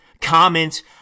comment